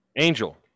Angel